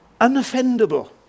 unoffendable